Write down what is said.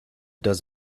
does